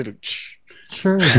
Sure